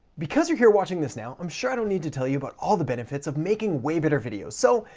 because you're here watching this now, i'm sure i don't need to tell you about all the benefits of making way better videos. so,